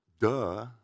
Duh